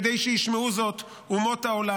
כדי שישמעו זאת אומות העולם.